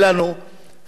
5% עניים,